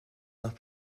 nach